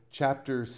chapter